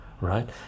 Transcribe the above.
right